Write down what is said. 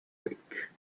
week